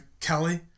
Kelly